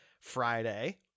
Friday